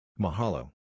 Mahalo